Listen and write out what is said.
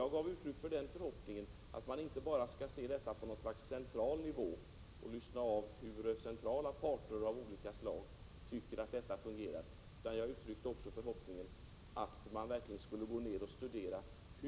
Jag gav uttryck för förhoppningen att man inte bara skall avlyssna hur centrala parter av olika slag tycker att det fungerar utan även studerar hur det fungerar i verkligheten, om jag får använda det uttrycket.